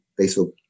Facebook